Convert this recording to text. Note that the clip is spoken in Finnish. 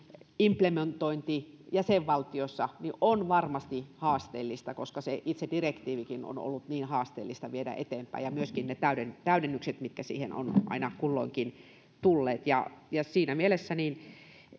implementointi jäsenvaltiossa on varmasti haasteellista koska se itse direktiivikin on ollut niin haasteellista viedä eteenpäin ja myöskin ne täydennykset täydennykset mitkä siihen on aina kulloinkin tulleet siinä mielessä